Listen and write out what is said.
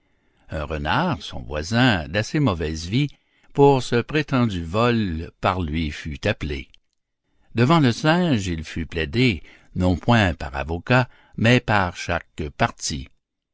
un renard son voisin d'assez mauvaise vie pour ce prétendu vol par lui fut appelé devant le singe il fut plaidé non point par avocats mais par chaque partie